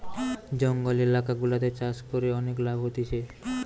জঙ্গল এলাকা গুলাতে চাষ করে অনেক লাভ হতিছে